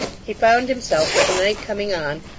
he found himself, with the night coming on,